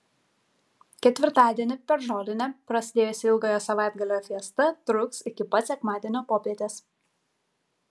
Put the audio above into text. ketvirtadienį per žolinę prasidėjusi ilgojo savaitgalio fiesta truks iki pat sekmadienio popietės